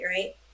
right